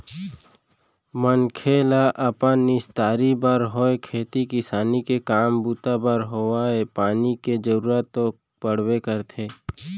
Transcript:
मनखे ल अपन निस्तारी बर होय खेती किसानी के काम बूता बर होवय पानी के जरुरत तो पड़बे करथे